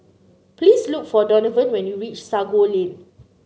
please look for Donavan when you reach Sago Lane